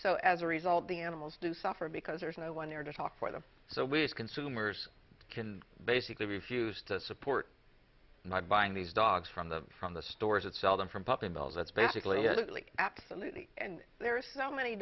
so as a result the animals do suffer because there's no one there to talk for them so we as consumers can basically refused to support not buying these dogs from the from the stores that sell them from puppy mills that's basically absolutely absolutely there are so many